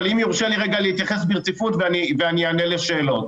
אבל אם יורשה לי רגע להתייחס ברציפות ואני אענה לשאלות.